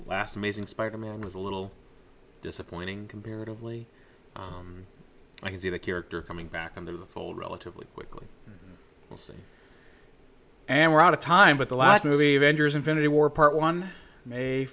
last amazing spider man was a little disappointing comparatively i can see the character coming back into the fold relatively quickly we'll see and we're out of time but the last movie vendors infinity war part one may